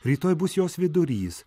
rytoj bus jos vidurys